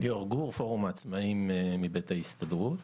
אני מפורום העצמאים מבית ההסתדרות.